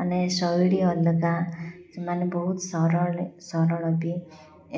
ମାନେ ଶୈଳୀ ଅଲଗା ସେମାନେ ବହୁତ ସରଳ ସରଳ ବି